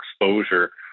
exposure